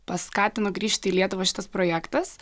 paskatino grįžti į lietuvą šitas projektas